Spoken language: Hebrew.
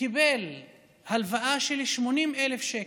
קיבל הלוואה של 80,000 שקלים.